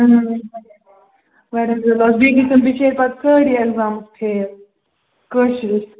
اہن حظ واریاہ گوٚو لاس بیٚیہِ گٔے تِم بِچٲرۍ پَتہٕ سٲری ایکزامس فیل کٲشرِس